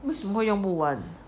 为什么用不完